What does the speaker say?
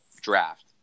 draft